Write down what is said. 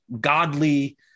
godly